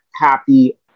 happy